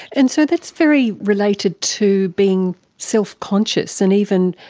and so that's very related to being self-conscious and even,